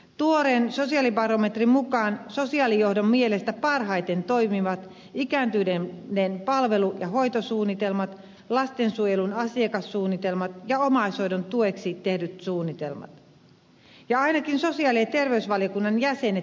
tuoreen sosiaalibarometrin mukaan sosiaalijohdon mielestä parhaiten toimivat ikääntyneiden palvelu ja hoitosuunnitelmat lastensuojelun asiakassuunnitelmat ja omaishoidon tueksi tehdyt suunnitelmat ja ainakin me sosiaali ja terveysvaliokunnan jäsenet